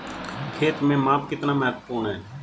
खेत में माप कितना महत्वपूर्ण है?